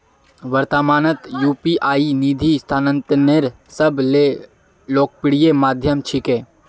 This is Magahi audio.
वर्त्तमानत यू.पी.आई निधि स्थानांतनेर सब स लोकप्रिय माध्यम छिके